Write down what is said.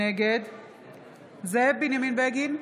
נגד זאב בנימין בגין,